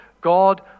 God